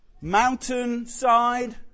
Mountainside